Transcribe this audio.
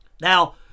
Now